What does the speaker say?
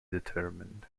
determined